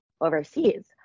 overseas